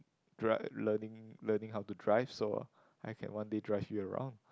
dr~ learning learning how to drive so I can one day drive you around